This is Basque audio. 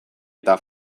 eta